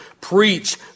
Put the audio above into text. preach